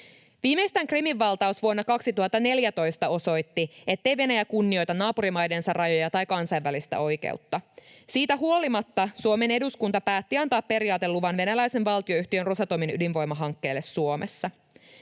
Viimeistään Krimin valtaus vuonna 2014 osoitti, ettei Venäjä kunnioita naapurimaidensa rajoja tai kansainvälistä oikeutta. Siitä huolimatta Suomen eduskunta päätti antaa periaateluvan venäläisen valtionyhtiön Rosatomin ydinvoimahankkeelle Suomessa.